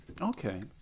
Okay